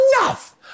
enough